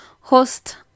host